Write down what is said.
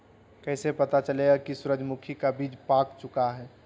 कैसे पता चलेगा की सूरजमुखी का बिज पाक चूका है?